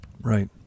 Right